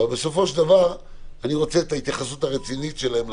בסופו של דבר אני רוצה את ההתייחסות הרצינית שלהם.